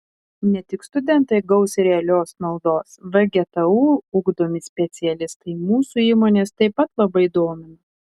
ne tik studentai gaus realios naudos vgtu ugdomi specialistai mūsų įmones taip pat labai domina